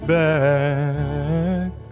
back